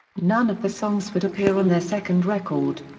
none of the songs would appear on their second record.